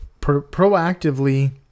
proactively